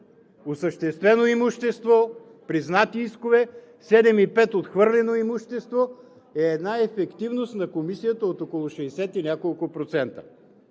осъществено имущество, признати искове, 7,5 отхвърлено имущество, е една ефективност на Комисията от около 60